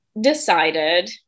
decided